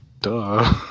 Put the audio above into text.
Duh